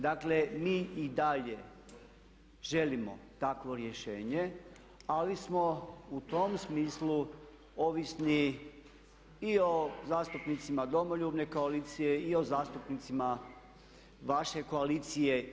Dakle, mi i dalje želimo takvo rješenje, ali smo u tom smislu ovisni i o zastupnicima Domoljubne koalicije i o zastupnicima vaše koalicije.